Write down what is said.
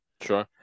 Sure